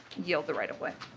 yield the right-of-way.